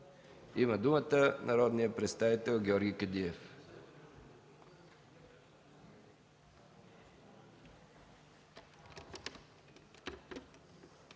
Има думата народният представител Георги Кадиев.